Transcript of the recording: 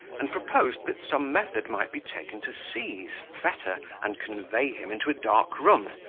and proposed that some method might be taken to seize, fetter, and convey him into a dark room,